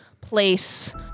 place